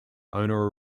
owner